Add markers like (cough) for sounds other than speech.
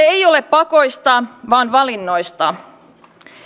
(unintelligible) ei ole pakoista vaan valinnoista